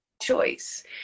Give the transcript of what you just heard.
choice